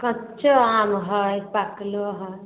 कच्चा आम हइ पकलो हइ